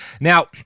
now